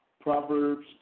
Proverbs